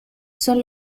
son